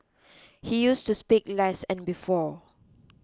he used to speak less and before